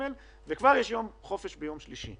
יש יום חופש ביום שלישי.